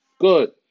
Good